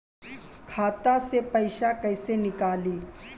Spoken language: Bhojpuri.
खाता से पैसा कैसे नीकली?